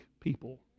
people